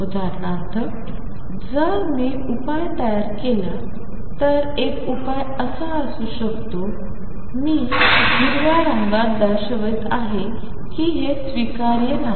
उदाहरणार्थ जर मी उपाय तयार केला तर एक उपाय असा असू शकतो मी हिरव्या रंगात दर्शवित आहे की हे स्वीकार्य नाही